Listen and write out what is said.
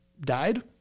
died